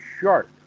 sharp